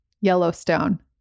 Yellowstone